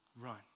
run